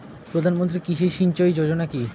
প্রধানমন্ত্রী কৃষি সিঞ্চয়ী যোজনা কি?